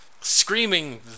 screaming